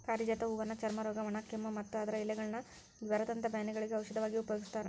ಪಾರಿಜಾತ ಹೂವನ್ನ ಚರ್ಮರೋಗ, ಒಣಕೆಮ್ಮು, ಮತ್ತ ಅದರ ಎಲೆಗಳನ್ನ ಜ್ವರದಂತ ಬ್ಯಾನಿಗಳಿಗೆ ಔಷಧವಾಗಿ ಉಪಯೋಗಸ್ತಾರ